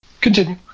Continue